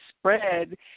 spread